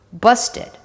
busted